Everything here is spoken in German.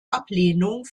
ablehnung